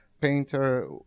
painter